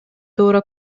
туура